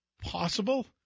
Possible